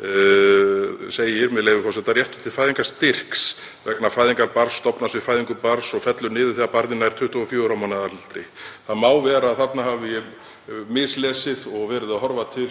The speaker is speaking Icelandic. gr. segir, með leyfi forseta: „Réttur til fæðingarstyrks vegna fæðingar barns stofnast við fæðingu barnsins og fellur niður þegar barnið nær 24 mánaða aldri.“ Það má vera að þarna hafi ég mislesið og verið að horfa til